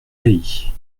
pays